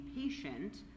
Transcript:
patient